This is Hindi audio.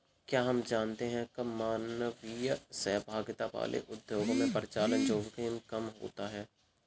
क्या आप जानते है कम मानवीय सहभागिता वाले उद्योगों में परिचालन जोखिम कम होता है?